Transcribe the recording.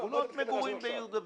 שכונות מגורים בעיר דוד.